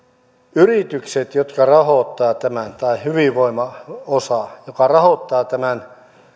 yritykset jotka rahoittavat tämän ja hyvinvoiva osa joka rahoittaa tämän